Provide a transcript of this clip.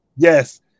Yes